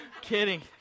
kidding